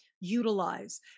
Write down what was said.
utilize